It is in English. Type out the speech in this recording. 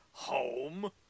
Home